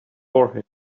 forehead